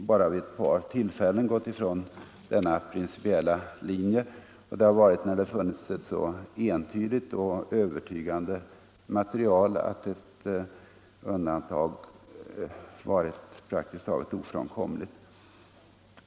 Bara vid ett par tillfällen har jag gått ifrån denna principiella linje och det har varit när det funnits ett så entydigt och övertygande material att ett undantag varit praktiskt taget ofrånkomligt.